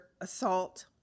assault